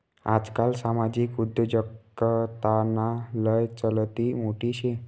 आजकाल सामाजिक उद्योजकताना लय चलती मोठी शे